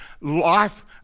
life